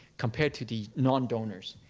compared to the nondonors.